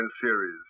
series